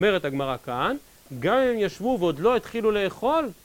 אומרת הגמרא כאן, גם אם ישבו ועוד לא התחילו לאכול